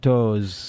Toes